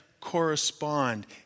correspond